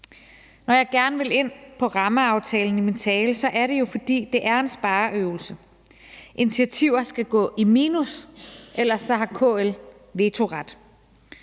Når jeg gerne vil ind på rammeaftalen i min tale, er det jo, fordi det er en spareøvelse. Initiativer skal gå i minus, ellers har KL vetoret.